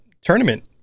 tournament